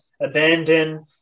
abandon